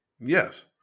Yes